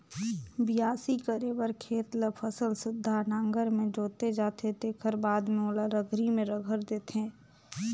बियासी करे बर खेत ल फसल सुद्धा नांगर में जोते जाथे तेखर बाद में ओला रघरी में रघर देथे